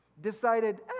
decided